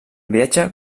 viatge